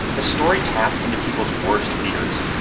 the story tapped into people's worst fears,